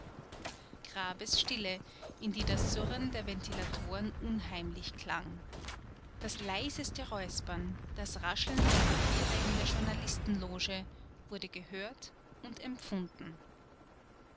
grabesstille in die das surren der ventilatoren unheimlich klang das leiseste räuspern das rascheln der papiere in der journalistenloge wurde gehört und empfunden